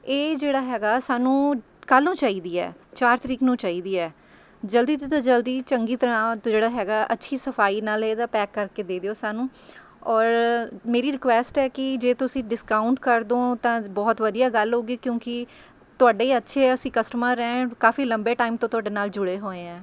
ਇਹ ਜਿਹੜਾ ਹੈਗਾ ਸਾਨੂੰ ਕੱਲ੍ਹ ਨੂੰ ਚਾਹੀਦੀ ਹੈ ਚਾਰ ਤਰੀਕ ਨੂੰ ਚਾਹੀਦੀ ਹੈ ਜਲਦੀ ਤੋਂ ਜਲਦੀ ਚੰਗੀ ਤਰ੍ਹਾਂ ਅਤੇ ਜਿਹੜਾ ਹੈਗਾ ਅੱਛੀ ਸਫਾਈ ਨਾਲ਼ ਇਹਦਾ ਪੈਕ ਕਰਕੇ ਦੇ ਦਿਓ ਸਾਨੂੰ ਔਰ ਮੇਰੀ ਰਿਕੁਐਸਟ ਕਿ ਜੇ ਤੁਸੀਂ ਡਿਸਕਾਊਂਟ ਕਰਦੋਂ ਤਾਂ ਬਹੁਤ ਵਧੀਆ ਗੱਲ ਹੋਵੇਗੀ ਕਿਉਂਕਿ ਤੁਹਾਡੇ ਅੱਛੇ ਅਸੀਂ ਕਸਟਮਰ ਐਂ ਕਾਫ਼ੀ ਲੰਬੇ ਟਾਈਮ ਤੋਂ ਤੁਹਾਡੇ ਨਾਲ਼ ਜੁੜੇ ਹੋਏ ਐਂ